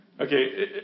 Okay